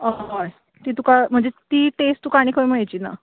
हय ती तुका म्हणजे ती टेस्ट तुका आनी खंय मेळचीना